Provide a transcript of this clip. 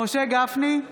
משה גפני,